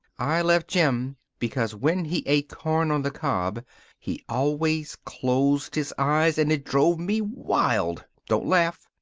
i left jim because when he ate corn on the cob he always closed his eyes and it drove me wild. don't laugh.